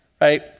right